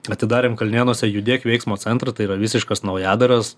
atidarėm kalnėnuose judėk veiksmo centrą tai yra visiškas naujadaras